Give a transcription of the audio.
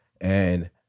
and-